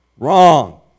Wrong